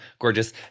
gorgeous